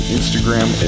Instagram